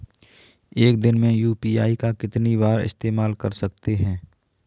एक दिन में यू.पी.आई का कितनी बार इस्तेमाल कर सकते हैं?